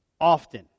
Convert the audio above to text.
often